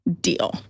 deal